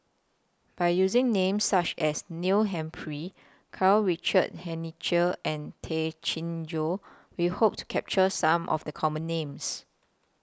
By using Names such as Neil Humphreys Karl Richard Hanitsch and Tay Chin Joo We Hope to capture Some of The Common Names